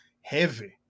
Heavy